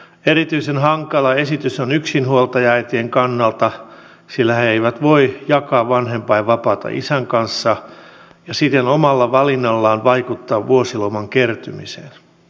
erityisen hankala esitys on yksinhuoltajaäitien kannalta sillä he eivät voi jakaa vanhempainvapaata isän kanssa ja siten omalla valinnallaan vaikuttaa vuosiloman kertymiseen